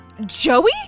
Joey